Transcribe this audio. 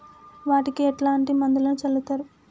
వాటికి ఎట్లాంటి మందులను చల్లుతరు?